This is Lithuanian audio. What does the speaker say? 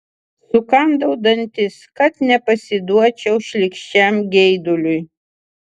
sukandau dantis kad nepasiduočiau šlykščiam geiduliui